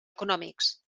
econòmics